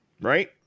right